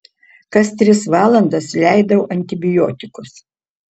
kas tris valandas leidau antibiotikus